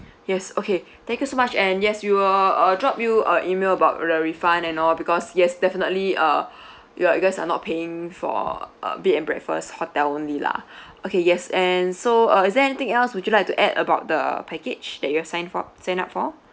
yes okay thank you so much and yes we will uh drop you a email about the refund and all because yes definitely uh you uh you guys are not paying for a bed and breakfast hotel only lah okay yes and so uh is there anything else would you like to add about the package that you have signed for signed up for